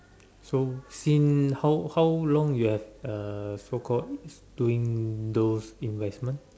so since how how long you have uh so called doing those investment